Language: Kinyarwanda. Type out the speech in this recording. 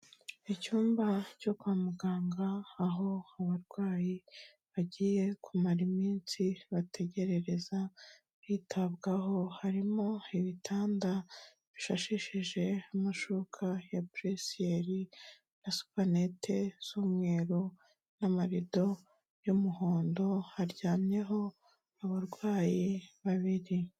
Icyumba cyo kwa muganga, aho abarwayi bagiye kumara iminsi bategerereza, bitabwaho, harimo ibitanda bishashishije amashuka ya buresiyeri na supanete z'umweru n'amarido y'umuhondo, haryamyeho abarwayi babiri.